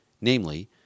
namely